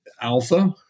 alpha